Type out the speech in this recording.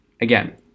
Again